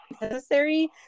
necessary